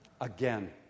Again